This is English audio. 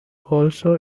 also